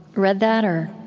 read that, or?